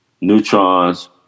neutrons